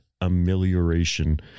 Amelioration